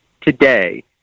today